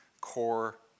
core